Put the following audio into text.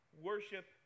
worship